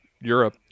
Europe